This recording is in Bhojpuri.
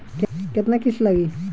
केतना किस्त लागी?